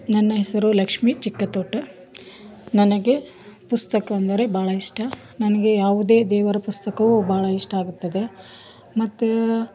ನನ್ನ ಹೆಸರು ಲಕ್ಷ್ಮಿ ಚಿಕ್ಕತೋಟ ನನಗೆ ಪುಸ್ತಕ ಅಂದರೆ ಭಾಳ ಇಷ್ಟ ನನಗೆ ಯಾವುದೇ ದೇವರ ಪುಸ್ತಕವು ಭಾಳ ಇಷ್ಟ ಆಗುತ್ತದೆ ಮತ್ತ